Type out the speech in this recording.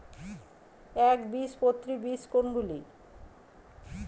একবীজপত্রী বীজ কোন গুলি?